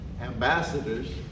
ambassadors